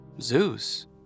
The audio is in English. Zeus